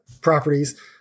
properties